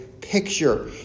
picture